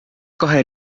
kahe